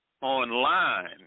online